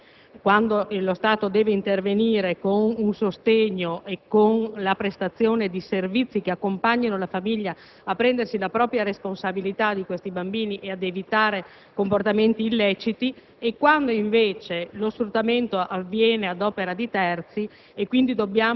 lo sfruttamento dei bambini quando avviene ad opera della famiglia (quindi, quando lo Stato deve intervenire con un sostegno e con la prestazione di servizi che accompagnino la famiglia a prendersi la propria responsabilità nei confronti di questi bambini e ad evitare